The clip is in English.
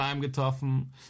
getroffen